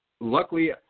luckily